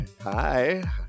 hi